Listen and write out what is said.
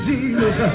Jesus